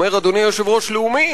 אומר אדוני היושב-ראש "לאומי",